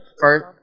First